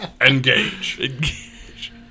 Engage